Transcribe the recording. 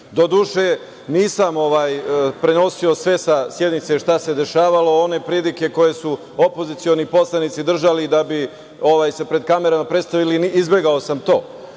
duše, nisam prenosio sve sa sednice šta se dešavalo, one pridike koje su opozicioni poslanici držali, da bi se pred kamerama predstavili. Izbegao sam